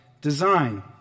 design